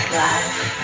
life